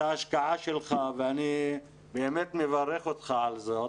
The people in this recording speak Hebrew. ההשקעה שלך ואני באמת מברך אותך על זה,